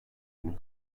günü